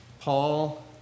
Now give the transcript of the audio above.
Paul